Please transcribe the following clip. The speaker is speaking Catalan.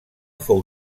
fou